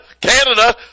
Canada